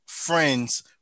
Friends